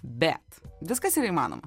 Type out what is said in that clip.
bet viskas yra įmanoma